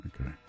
Okay